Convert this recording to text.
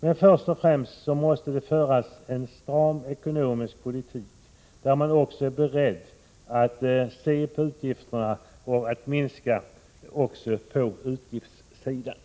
Men först och främst måste det föras en stram ekonomisk politik, där man också är beredd att se på utgifterna och minska dem.